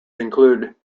include